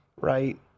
Right